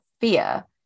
fear